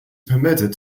permitted